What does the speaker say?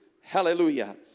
Hallelujah